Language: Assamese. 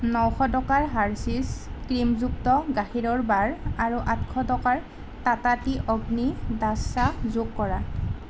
নশ টকাৰ হাৰ্সীছ ক্ৰীমযুক্ত গাখীৰৰ বাৰ আৰু আঠশ টকাৰ টাটা টি অগ্নি ডাষ্ট চাহ যোগ কৰা